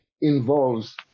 involves